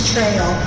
Trail